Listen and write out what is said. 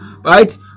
right